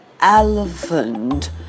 elephant